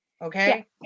okay